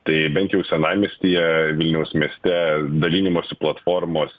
tai bent jau senamiestyje vilniaus mieste dalinimosi platformos